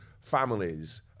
families